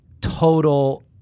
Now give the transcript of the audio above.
total